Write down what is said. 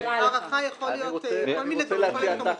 הערכה יכולה להיות כל מיני דברים --- אני רוצה להציע,